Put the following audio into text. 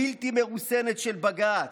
בלתי מרוסנת של בג"ץ,